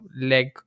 leg